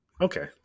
Okay